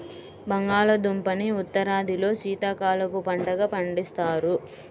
బంగాళాదుంపని ఉత్తరాదిలో శీతాకాలపు పంటగా పండిస్తారు